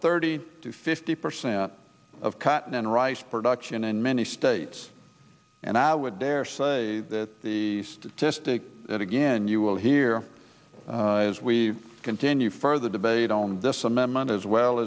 thirty to fifty percent of cotton and rice production in many states and i would dare say that the statistic that again you will hear as we continue further debate on this amendment as well